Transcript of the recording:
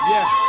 Yes